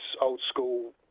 old-school